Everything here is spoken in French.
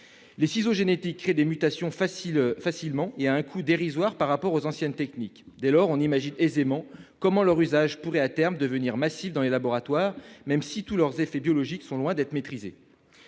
Les ciseaux génétiques créent des mutations facilement et à un coût dérisoire par rapport aux anciennes techniques. Dès lors, on imagine aisément comment leur usage pourrait, à terme, devenir massif dans les laboratoires, même si tous leurs effets biologiques sont loin d'être maîtrisés.